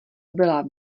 byla